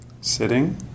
sitting